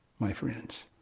my friends,